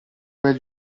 bel